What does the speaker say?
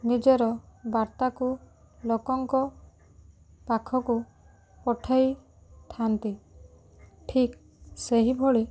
ନିଜର ବାର୍ତ୍ତାକୁ ଲୋକଙ୍କ ପାଖକୁ ପଠାଇଥାନ୍ତି ଠିକ୍ ସେହିଭଳି